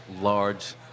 large